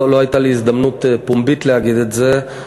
לא הייתה לי הזדמנות פומבית להגיד את זה,